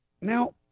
Now